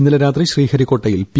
ഇന്നലെ രാത്രി ശ്രീഹരികോട്ടയിൽ പി